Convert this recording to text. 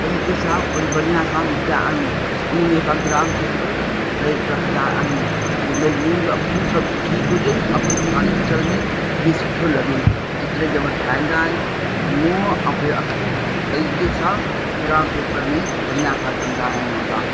तरीक़े सां और बढ़िया सां विझंदा आहियूं उनमें असां ग्राम पेपर करे रखंदा आहियूं भई मुंहुं अखियूं सभु ठीकु हुजनि असांखे ॾिसण में जीअं सुठो लॻे चित्र जे माल ठाईंदा आयूं त मुंह अखियूं तरीके सां ग्राम पेपेर में बढ़िया सां कंदा आयूं असां